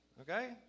Okay